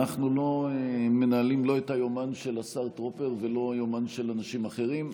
אנחנו לא מנהלים לא את היומן של השר טרופר ולא יומן של אנשים אחרים.